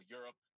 Europe